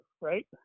right